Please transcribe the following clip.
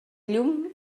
lluny